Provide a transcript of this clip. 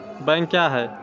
Bank क्या हैं?